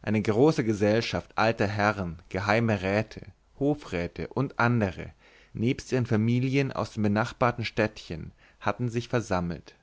eine große gesellschaft alter herren geheime räte hofräte u a nebst ihren familien aus den benachbarten städtchen hatte sich versammelt